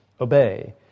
obey